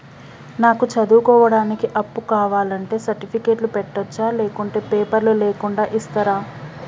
నాకు చదువుకోవడానికి అప్పు కావాలంటే సర్టిఫికెట్లు పెట్టొచ్చా లేకుంటే పేపర్లు లేకుండా ఇస్తరా?